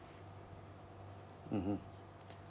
mmhmm